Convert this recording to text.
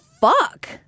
fuck